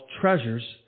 treasures